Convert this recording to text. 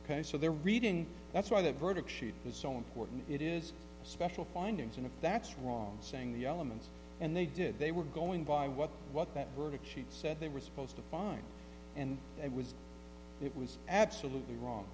ok so they're reading that's why the verdict sheet is so important it is special findings and that's wrong saying the elements and they did they were going by what what that verdict sheet so i think we're supposed to find and it was it was absolutely wrong